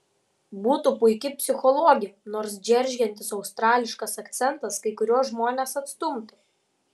būtų puiki psichologė nors džeržgiantis australiškas akcentas kai kuriuos žmones atstumtų